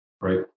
right